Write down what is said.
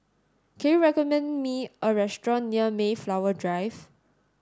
can you recommend me a restaurant near Mayflower Drive